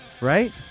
right